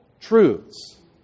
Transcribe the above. truths